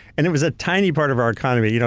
and it was tiny part of our economy. you know